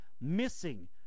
missing